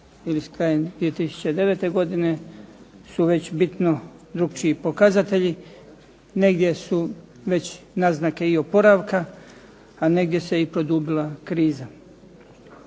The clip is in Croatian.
ili krajem 2009. su već bitno drukčiji pokazatelji. Negdje su već naznake i oporavka a negdje se i produbila kriza.